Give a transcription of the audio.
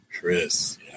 Chris